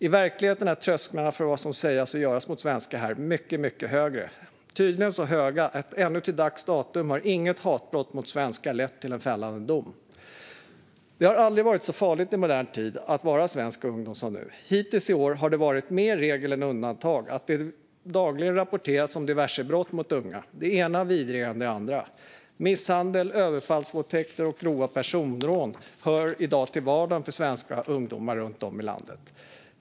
I verkligheten är trösklarna för vad som får sägas och göras mot svenskar här mycket högre, tydligen så höga att ännu till dags datum har inget hatbrott mot svenskar lett till fällande dom. Det har aldrig varit så farligt i modern tid att vara svensk ungdom som nu. Hittills i år har det varit mer regel än undantag att det dagligen rapporterats om diverse brott mot unga, det ena vidrigare än det andra. Misshandel, överfallsvåldtäkter och grova personrån hör i dag till vardagen för svenska ungdomar runt om i landet.